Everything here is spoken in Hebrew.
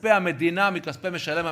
מכספי המדינה, מכספי משלם המסים,